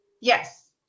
Yes